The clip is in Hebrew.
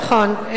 נכון.